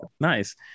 nice